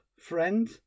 friend